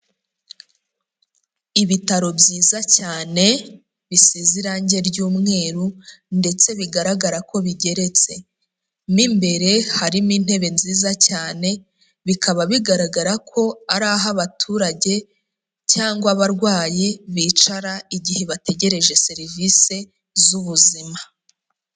Ibitaro byiza cyane bisize irangi ry'umweru ndetse bigaragara ko bigeretse, mo imbere harimo intebe nziza cyane bikaba bigaragara ko ari aho abaturage cyangwa abarwayi bicara igihe bategereje serivisi z'ubuzima.